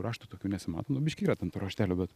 raštų tokių nesimato nu biškį yra ten tų raštelių bet